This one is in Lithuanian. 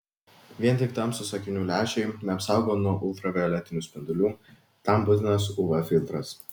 vien tik tamsūs akinių lęšiai neapsaugo nuo ultravioletinių spindulių tam būtinas uv filtras